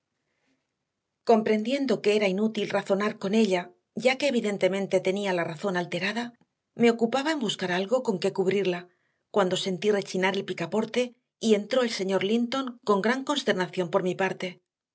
comprendiendo que era inútil razonar con ella ya que evidentemente tenía la razón alterada me ocupaba en buscar algo con qué cubrirla cuando sentí rechinar el picaporte y entró el señor linton con gran consternación por mi parte